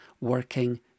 working